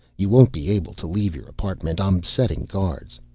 you won't be able to leave your apartment i'm setting guards.